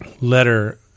letter